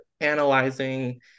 analyzing